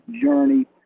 journey